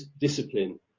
discipline